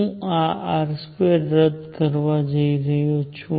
હું આ r2 રદ કરવા જઈ રહ્યો છું